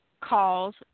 calls